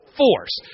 force